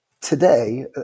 today